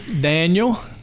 Daniel